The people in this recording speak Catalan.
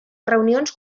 reunions